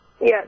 yes